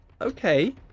okay